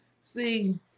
see